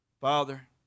Father